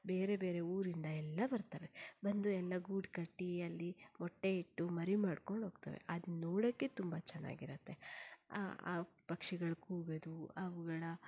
ಬೇರೆ ಬೇರೆ ಊರಿಂದ ಎಲ್ಲ ಬರ್ತವೆ ಬಂದು ಎಲ್ಲ ಗೂಡು ಕಟ್ಟಿ ಅಲ್ಲಿ ಮೊಟ್ಟೆ ಇಟ್ಟು ಮರಿ ಮಾಡಿಕೊಂಡು ಹೋಗ್ತವೆ ಅದು ನೋಡೋಕ್ಕೆ ತುಂಬ ಚೆನ್ನಾಗಿರುತ್ತೆ ಆ ಆ ಪಕ್ಷಿಗಳು ಕೂಗೋದು ಅವುಗಳ